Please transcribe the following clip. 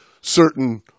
certain